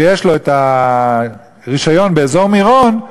שיש לו את הרישיון באזור מירון,